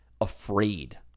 afraid